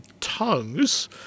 tongues